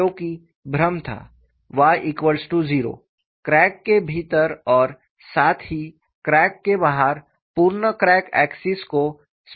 क्योंकि भ्रम था y0 क्रैक के भीतर और साथ ही क्रैक के बाहर पूर्ण क्रैक एक्सिस को स्पेसिफाईस करता है